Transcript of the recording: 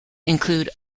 include